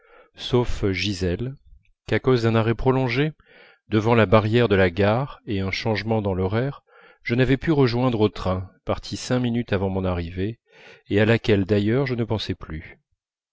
sauf gisèle qu'à cause d'un arrêt prolongé devant la barrière de la gare et un changement dans l'horaire je n'avais pu rejoindre au train parti cinq minutes avant mon arrivée et à laquelle d'ailleurs je ne pensais plus